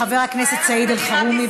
חבר הכנסת סעיד אלחרומי,